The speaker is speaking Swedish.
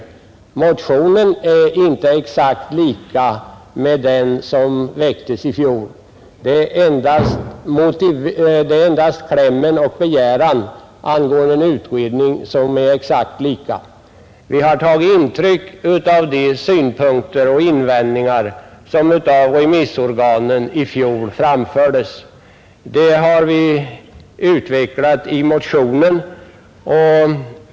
Det är endast klämmen och begäran om en utredning som är exakt lika i årets och fjolårets motioner. Vi har tagit intryck av de synpunkter och invändningar som framfördes av remissorganen i fjol.